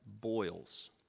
boils